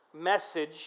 message